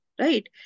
Right